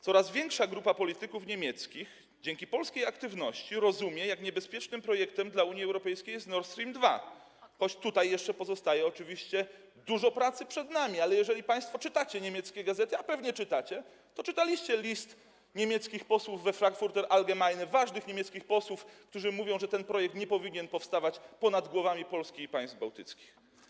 Coraz większa grupa polityków niemieckich dzięki polskiej aktywności rozumie, jak niebezpiecznym projektem dla Unii Europejskiej jest Nord Stream 2, choć tutaj jeszcze oczywiście dużo pracy przed nami, ale jeżeli państwo czytacie niemieckie gazety, a pewnie czytacie, to znacie list niemieckich posłów we „Frankfurter Allgemeine”, ważnych niemieckich posłów, którzy napisali, że ten projekt nie powinien powstawać ponad głowami przedstawicieli Polski i państw bałtyckich.